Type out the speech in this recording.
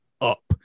up